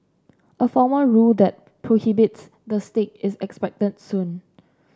a formal rule that prohibits the stick is expected soon